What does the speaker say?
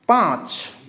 पाँच